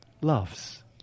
loves